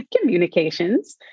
Communications